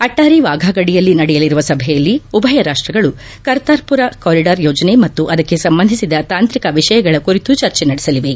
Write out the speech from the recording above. ಅಟ್ಟಾರಿ ವಾಫಾ ಗಡಿಯಲ್ಲಿ ನಡೆಯಲಿರುವ ಸಭೆಯಲ್ಲಿ ಉಭಯ ರಾಷ್ಟಗಳು ಕರ್ತಾರ್ಮರ್ ಕಾರಿಡಾರ್ ಯೋಜನೆ ಮತ್ತು ಅದಕ್ಕೆ ಸಂಬಂಧಿಸಿದ ತಾಂತ್ರಿಕ ವಿಷಯಗಳ ಕುರಿತು ಚರ್ಚೆ ನಡೆಸಲಿವೆ